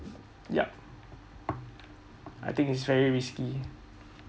yup I think is very risky